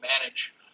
manage